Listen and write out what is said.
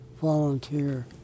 Volunteer